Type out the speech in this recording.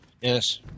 Yes